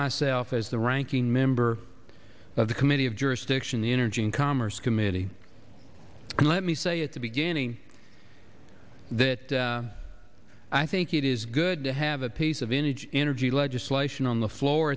myself as the ranking member of the committee of jurisdiction the energy and commerce committee let me say at the beginning that i think it is good to have a piece of energy energy legislation on the floor